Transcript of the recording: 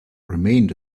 remained